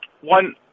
One